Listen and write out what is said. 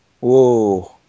Whoa